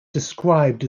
described